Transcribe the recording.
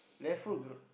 left foot got